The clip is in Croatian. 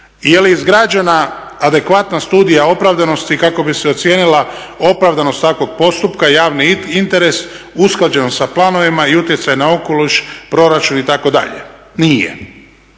Je li izgrađena adekvatna studija opravdanosti kako bi se ocijenila opravdanost takvog postupka i javni interes, usklađeno sa planovima i utjecajem na okoliš, proračun itd.? Nije.